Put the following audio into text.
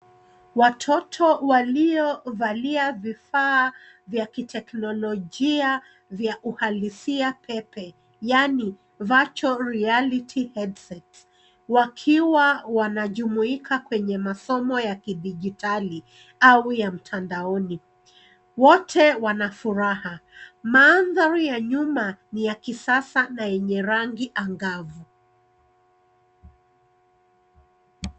Watoto waliovalia vifaa vya kiteknololojia vya uhalisia pepe, yaani virtual reality headsets , wakiwa wanajumuika kwenye masomo ya kidijitali au ya mtandaoni. Wote wana furaha. Mandhari ya nyuma ni ya kisasa na yenye rangi anga'vu.